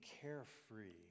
carefree